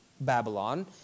Babylon